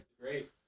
Great